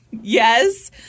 Yes